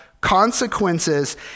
consequences